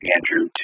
Andrew